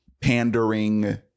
pandering